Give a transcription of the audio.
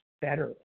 better